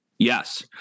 Yes